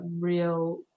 real